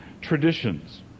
traditions